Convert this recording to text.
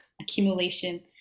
accumulation